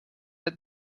aide